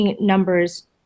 numbers